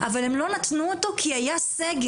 אבל הם לא נתנו אותו כי היה סגר.